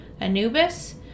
anubis